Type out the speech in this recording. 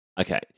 Okay